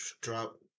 drop